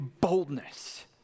boldness